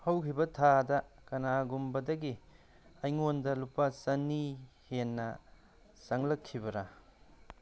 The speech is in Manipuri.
ꯍꯧꯈꯤꯕ ꯊꯥꯗ ꯀꯅꯥꯒꯨꯝꯕꯗꯒꯤ ꯑꯩꯉꯣꯟꯗ ꯂꯨꯄꯥ ꯆꯅꯤ ꯍꯦꯟꯅ ꯆꯪꯂꯛꯈꯤꯕꯔ